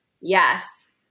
yes